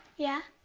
yeah?